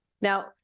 Now